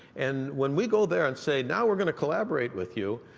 and when we go there and say now we're going to collaborate with you,